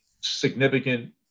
significant